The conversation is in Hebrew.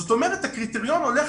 זאת אומרת, הקריטריון הולך